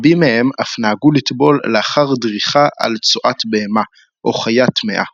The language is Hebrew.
רבים מהם אף נהגו לטבול לאחר דריכה על צואת בהמה או חיה טמאה.